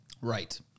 Right